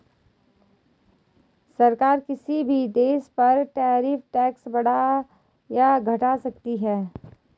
सरकार किसी भी देश पर टैरिफ टैक्स बढ़ा या घटा सकती है